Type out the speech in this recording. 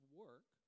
work